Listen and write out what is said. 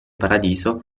paradiso